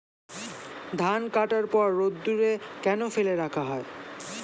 ধান কাটার পর রোদ্দুরে কেন ফেলে রাখা হয়?